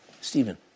Stephen